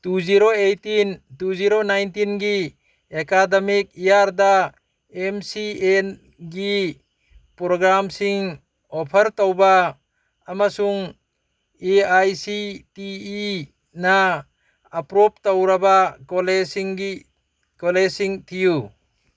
two zero eighteen two zero ꯅꯥꯏꯟꯇꯤꯟꯒꯤ academic ꯏꯌꯥꯔꯗ M C N ꯒꯤ ꯄ꯭ꯔꯣꯒꯥꯝꯁꯤꯡ ꯑꯣꯐꯔ ꯇꯧꯕ ꯑꯃꯁꯨꯡ A I C T E ꯅ ꯑꯦꯄ꯭ꯔꯨꯕ ꯇꯧꯔꯕ ꯀꯣꯂꯦꯖꯁꯤꯡꯒꯤ ꯀꯣꯂꯦꯖꯁꯤꯡ ꯊꯤꯌꯨ